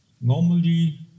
normally